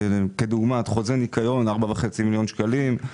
כדוגמת חוזה ניקיון 4.5 מיליון שקלים,